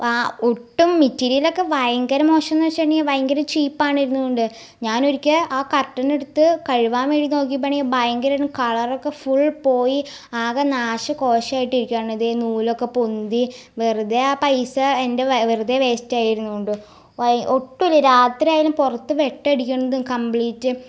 ഒട്ടും മെറ്റീരിയലൊക്കെ ഭയങ്കര മോശമെന്ന് വച്ചിട്ടുണ്ടെങ്കിൽ ഭയങ്കര ചീപ്പായിരുന്നതുകൊണ്ട് ഞാൻ ഒരിക്കൽ ആ കർട്ടനെടുത്ത് കഴുകുവാൻ വേണ്ടി നോക്കിയപ്പം ആണേൽ ഭയങ്കര കളറൊക്കെ ഫുൾ പോയി ആകെ നാശ കോശമായിട്ട് ഇരിക്കുവാണ് ഇത് ഈ നൂലൊക്കെ പൊന്തി വെറുതെ ആ പൈസ എൻ്റെ വെറുതെ വേസ്റ്റായിരുന്നു ഒട്ടു ഇല്ല രാത്രിയായാലും പുറത്ത് വെട്ടം അടിക്കുന്നതും കമ്പ്ലീറ്റ്